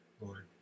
Lord